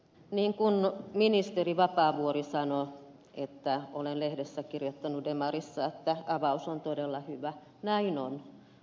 niin kuin ministeri vapaavuori sanoi että olen demarissa kirjoittanut että avaus on todella hyvä näin on